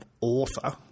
author